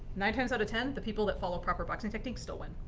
nine times out of ten, the people that follow proper boxing techniques still win.